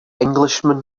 englishman